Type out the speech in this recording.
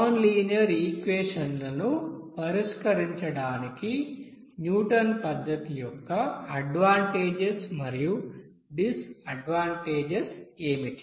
non linear equation లను పరిష్కరించడానికి Newton పద్ధతి యొక్క అడ్వాంటేజెస్ మరియు డిస్ అడ్వాంటేజెస్ ఏమిటి